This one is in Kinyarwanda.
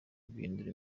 guhindura